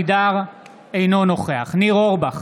אינו נוכח ניר אורבך,